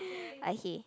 okay